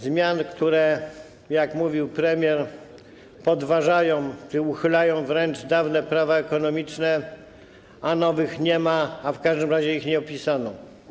Zmian, które, jak mówił premier, podważają czy uchylają wręcz dawne prawa ekonomiczne, a nowych nie ma, a w każdym razie ich nie opisano.